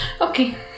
Okay